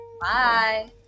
Bye